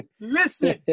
Listen